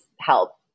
help